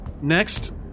Next